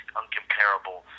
uncomparable